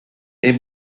est